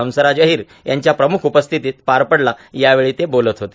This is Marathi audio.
हंसराज अहिर यांच्या प्रमुख उपस्थित पार पडला यावेळी ते बोलत होते